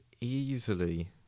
easily